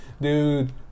Dude